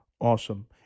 Awesome